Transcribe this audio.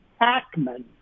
Hackman